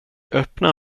öppna